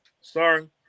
Sorry